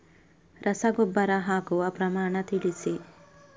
ರಸಗೊಬ್ಬರ ಹಾಕುವ ಪ್ರಮಾಣ ತಿಳಿಸಿ